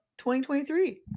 2023